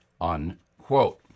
unquote